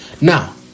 Now